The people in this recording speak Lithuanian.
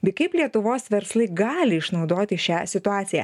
bei kaip lietuvos verslai gali išnaudoti šią situaciją